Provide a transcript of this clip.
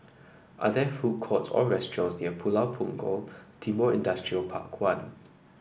are there food courts or restaurants near Pulau Punggol Timor Industrial Park One